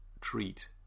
treat